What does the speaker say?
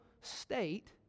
state